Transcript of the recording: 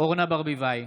אורנה ברביבאי,